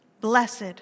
Blessed